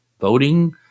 voting